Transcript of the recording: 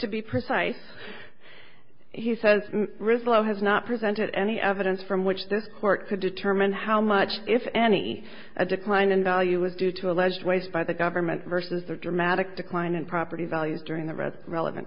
to be precise he says rizla has not presented any evidence from which this court could determine how much if any a decline in value was due to alleged waste by the government versus the dramatic decline in property values during the red relevant